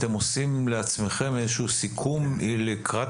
אתם עושים לעצמכם איזשהו סיכום לקראת